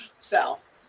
South